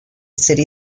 city